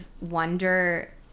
wonder